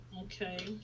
Okay